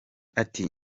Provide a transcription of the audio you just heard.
ati